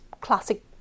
classic